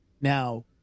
Now